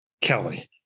Kelly